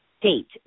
Date